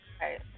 Right